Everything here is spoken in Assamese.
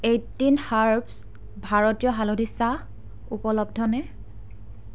এইট্টিন হাৰ্বছ ভাৰতীয় হালধি চাহ উপলব্ধনে